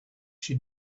she